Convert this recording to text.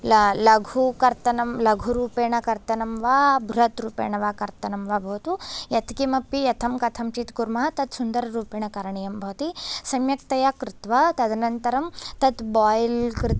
ल लघुकर्तनं लघुरूपेण कर्तनं वा बृहत्रूपेण वा कर्तनं वा भवतु यत्किमपि यथं कथञ्चित् कुर्मः तत् सुन्दररूपेण करणीयं भवति सम्यक्तया कृत्वा तदनन्तरं तद् बायिल्